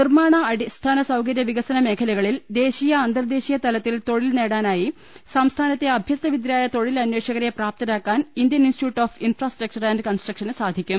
നിർമ്മാണ അടിസ്ഥാന സൌകര്യവികസന മേഖലകളിൽ ദേശീയ അന്തർദേശീയ തലത്തിൽ തൊഴിൽ നേടാൻ സംസ്ഥാനത്തെ അഭ്യസ്തവിദ്യരായ തൊഴിൽ നേടാ നായി അന്വേഷകരെ പ്രാപ്തരാക്കാൻ Indian Institute of Infrastructure and കൺസ്ട്രക്ഷന് സാധിക്കും